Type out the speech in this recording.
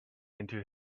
into